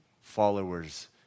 followers